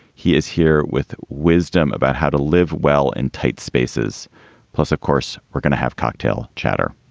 he is here with wisdom about how to live well in tight spaces plus, of course, we're going to have cocktail chatter